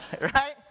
right